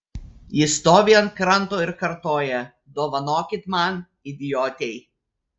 ji stovi ant kranto ir kartoja dovanokit man idiotei